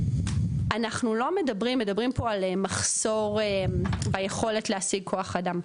אנחנו לא מדברים פה על מחסור ביכולת להשיג כוח אדם,